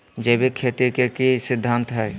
जैविक खेती के की सिद्धांत हैय?